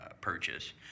purchase